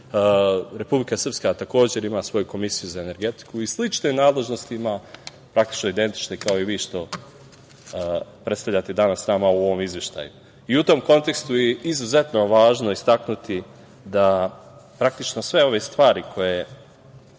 Republika Srpska takođe ima svoju Komisiju za energetiku i slične nadležnosti ima, praktično identične kao i vi što predstavljate danas nama u ovom izveštaju.U tom kontekstu je izuzetno važno istaknuti da sve ove stvari koje,